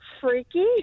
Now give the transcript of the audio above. freaky